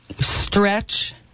stretch